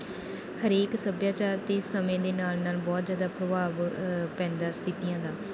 ਹਰੇਕ ਸੱਭਿਆਚਾਰ 'ਤੇ ਸਮੇਂ ਦੇ ਨਾਲ ਨਾਲ ਬਹੁਤ ਜ਼ਿਆਦਾ ਪ੍ਰਭਾਵ ਪੈਂਦਾ ਸਥਿਤੀਆਂ ਦਾ